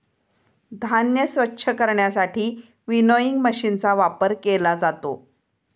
धान्य स्वच्छ करण्यासाठी विनोइंग मशीनचा वापर केला जातो